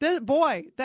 Boy